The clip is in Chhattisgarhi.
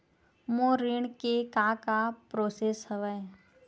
मोर ऋण के का का प्रोसेस हवय?